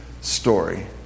story